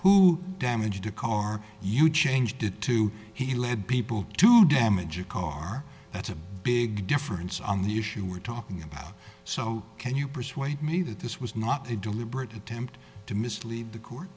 who damaged a car you changed it to he led people to damage a car that's a big difference on the issue we're talking about so can you persuade me that this was not a deliberate attempt to mislead the court